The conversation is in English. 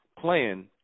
plan